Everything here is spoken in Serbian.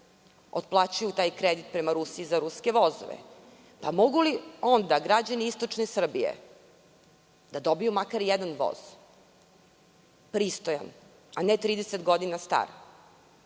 otplaćuju taj kredit prema Rusiji za ruske vozove, mogu li onda građani Istočne Srbije da dobiju makar jedan voz pristojan, a ne 30 godina star,